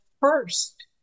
first